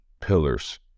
pillars